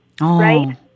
right